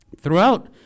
Throughout